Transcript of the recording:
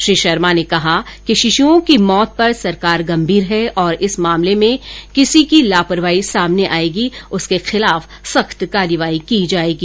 श्री शर्मा ने कहा कि शिशुओं की मौत पर सरकार गंभीर है और इस मामले में किसी की लापरवाही सामने आएगी उसके खिलाफ सख्त कार्यवाही की जाएगी